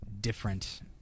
different